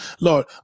lord